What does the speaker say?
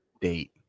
Date